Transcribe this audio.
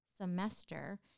semester